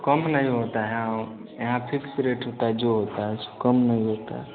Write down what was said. कम नहीं होता है यहाँ वह यहाँ फिक्स रेट होता है जो होता है सो कम नहीं होता है